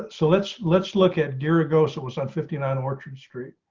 so let's, let's look at dear ago so was on fifty nine and orchard street.